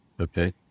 Okay